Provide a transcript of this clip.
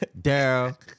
Daryl